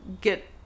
get